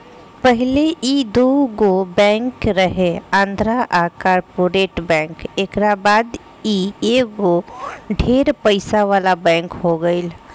पहिले ई दुगो बैंक रहे आंध्रा आ कॉर्पोरेट बैंक एकरा बाद ई एगो ढेर पइसा वाला बैंक हो गईल